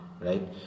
right